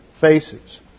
faces